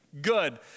Good